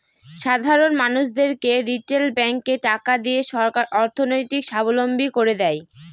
সাধারন মানুষদেরকে রিটেল ব্যাঙ্কে টাকা দিয়ে সরকার অর্থনৈতিক সাবলম্বী করে দেয়